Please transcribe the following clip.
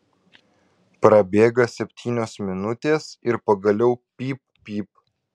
prabėga septynios minutės ir pagaliau pyp pyp